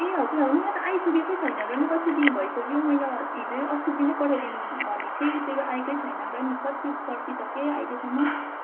ए हजुर होइन यहाँ त आइपुगेकै छैन र नि कति दिन भइसक्यो मेलै हिजै अस्तिको दिनै पठाइदिनु भनेको थिएँ त्यो आएकै छैन र नि कति पर्खिसकेँ अहिलेसम्म